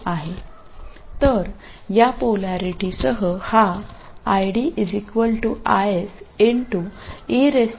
അതിനാൽ ഈ ധ്രുവതയോടെ ഈ ID IS